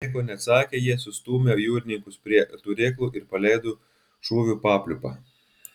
nieko neatsakę jie sustūmę jūrininkus prie turėklų ir paleido šūvių papliūpą